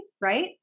Right